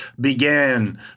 began